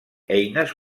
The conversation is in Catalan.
eines